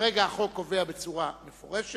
כרגע החוק קובע בצורה מפורשת